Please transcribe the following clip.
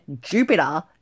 Jupiter